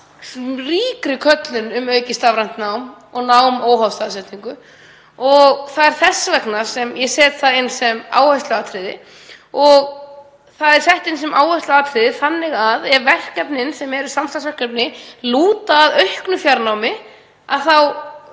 af ríku ákalli um aukið stafrænt nám og nám óháð staðsetningu og það er þess vegna sem ég set það inn sem áhersluatriði. Það er sett inn sem áhersluatriði þannig að ef verkefnin sem eru samstarfsverkefni lúta að auknu fjarnámi þá